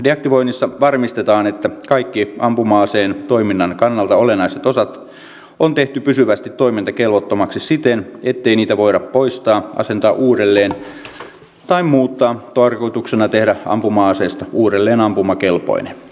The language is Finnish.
deaktivoinnissa varmistetaan että kaikki ampuma aseen toiminnan kannalta olennaiset osat on tehty pysyvästi toimintakelvottomiksi siten ettei niitä voida poistaa asentaa uudelleen tai muuttaa tarkoituksena tehdä ampuma aseesta uudelleen ampumakelpoinen